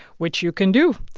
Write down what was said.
which you can do,